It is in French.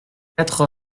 quatre